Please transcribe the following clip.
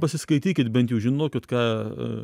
pasiskaitykit bent jau žinokit ką